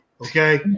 Okay